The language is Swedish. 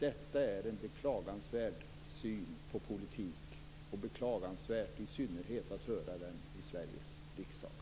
Detta är en beklagansvärd syn på politik, och det är i synnerhet beklagansvärt att höra något sådant i Sveriges riksdag.